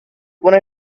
when